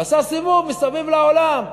עשה סיבוב מסביב לעולם.